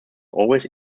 always